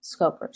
scopers